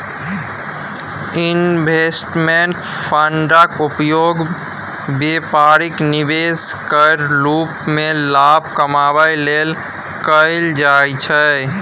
investment फंडक उपयोग बेपारिक निवेश केर रूप मे लाभ कमाबै लेल कएल जाइ छै